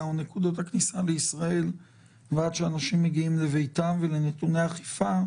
ונקודות הכניסה לישראל ועד שאנשים מגיעים לביתם ולנתוני אכיפה.